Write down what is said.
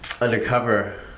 undercover